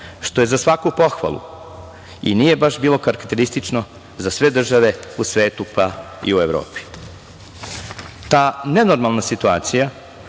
što je za svaku pohvalu i nije baš bilo karakteristično za sve države u svetu, pa i u Evropi. Ta nenormalna situacija